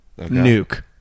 Nuke